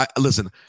Listen